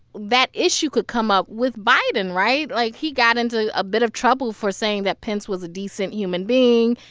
that issue could come up with biden, right? like, he got into a bit of trouble for saying that pence was a decent human being.